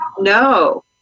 no